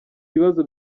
ibibazo